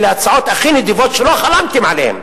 אלה הצעות הכי נדיבות, שלא חלמתם עליהן.